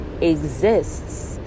exists